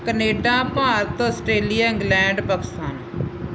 Canada Bharat Australia England Pakistan